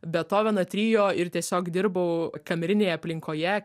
betoveno trio ir tiesiog dirbau kamerinėje aplinkoje